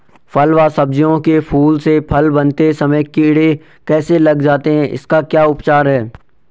फ़ल व सब्जियों के फूल से फल बनते समय कीड़े कैसे लग जाते हैं इसका क्या उपचार है?